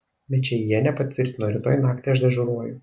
mečėjienė patvirtino rytoj naktį aš dežuruoju